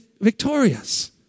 victorious